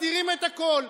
מסתירים את הכול.